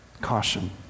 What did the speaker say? caution